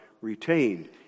retained